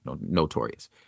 notorious